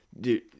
dude